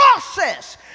process